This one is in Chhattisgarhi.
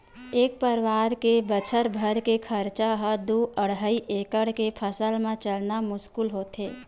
एक परवार के बछर भर के खरचा ह दू अड़हई एकड़ के फसल म चलना मुस्कुल होथे